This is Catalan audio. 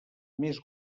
més